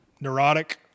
neurotic